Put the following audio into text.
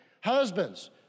Husbands